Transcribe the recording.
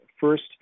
First